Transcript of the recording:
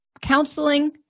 counseling